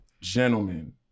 gentlemen